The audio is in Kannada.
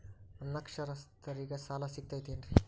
ಅನಕ್ಷರಸ್ಥರಿಗ ಸಾಲ ಸಿಗತೈತೇನ್ರಿ?